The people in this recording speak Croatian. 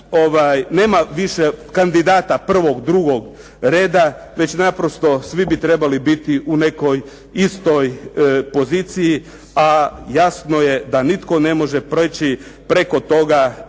nema više kandidata prvog, drugog reda već naprosto svi bi trebali biti u nekoj istoj poziciji, a jasno je da nitko ne može preći preko toga